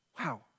Wow